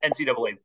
NCAA